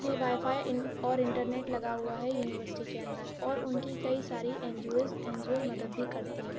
free wifi ان اور internet لگا ہوا ہے یونیورسٹی کے اندر اور ان کی کئی ساری N G Os N G Os مدد بھی کرتی ہیں